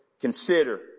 consider